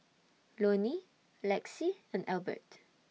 Lonny Lexie and Elbert